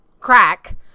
crack